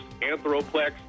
Anthroplex